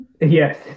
Yes